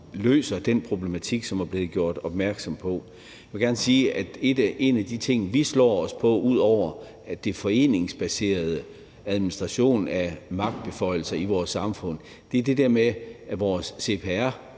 løser den problematik, som der er blevet gjort opmærksom på. Jeg vil gerne sige, at en af de ting, vi slår os på, ud over den foreningsbaserede administration af magtbeføjelser i vores samfund, er det der med vores